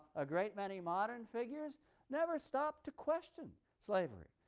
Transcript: a great many modern figures never stopped to question slavery.